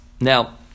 Now